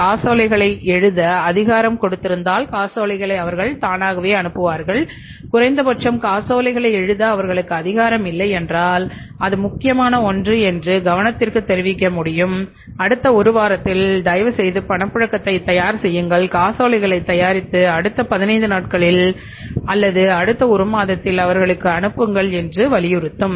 காசோலைகளை எழுத அதிகாரம் கொடுத்திருந்தால் காசோலைகளை அவர்கள் தானாகவே அனுப்புவார்கள் குறைந்தபட்சம் காசோலைகளை எழுத அவர்களுக்கு அதிகாரம் இல்லையென்றால் இது முக்கியமான ஒன்று என்று நிறுவனத்திற்கு தெரிவிக்க முடியும் அடுத்த ஒரு வாரத்தில் தயவுசெய்து பணப்புழக்கத்தை தயார் செய்யுங்கள் காசோலைகளைத் தயாரித்து அடுத்த 15 நாட்களில் அல்லது அடுத்த 1 மாதத்தில்அவர்களுக்கு அனுப்புங்கள் என்று வலியுறுத்தும்